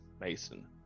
Mason